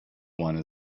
one